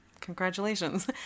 Congratulations